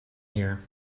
here